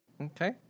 Okay